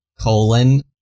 colon